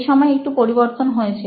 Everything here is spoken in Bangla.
এই সময় একটু পরিবর্তন হয়েছে